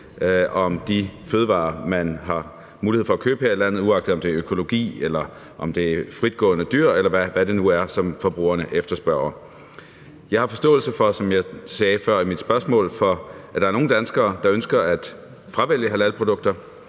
om de fødevarer, man har mulighed for at købe her i landet, uagtet om det er økologi, eller om det er fritgående dyr, eller hvad det nu er, som forbrugerne efterspørger. Jeg har, som jeg sagde før i mit spørgsmål, forståelse for, at der er nogle danskere, der ønsker at fravælge halalprodukter.